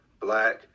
black